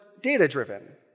data-driven